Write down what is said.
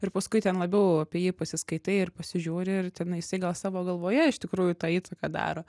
ir paskui ten labiau apie jį pasiskaitai ir pasižiūri ir ten jisai gal savo galvoje iš tikrųjų tą įtaką daro